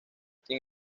sin